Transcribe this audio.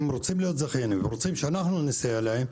הם רוצים להיות זכיינים ורוצים שאנחנו נסייע להם,